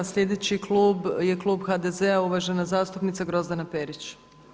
Sljedeći klub je Klub HDZ a, uvažena zastupnica Grozdana Perić.